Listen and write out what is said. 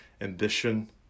ambition